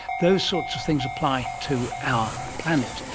those sorts of things apply to our planet,